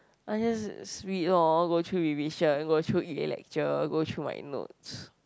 I just speed lor go through revision go through E-lecture go through my notes